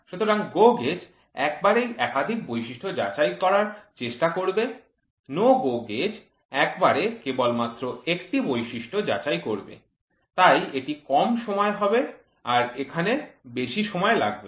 সুতরাং GO gauge একবারেই একাধিক বৈশিষ্ট্য যাচাই করার চেষ্টা করবে NO GO gauge একবারে কেবল একটি বৈশিষ্ট্য যাচাই করবে তাই এটি কম সময় হবে আর এখানে বেশী সময় লাগবে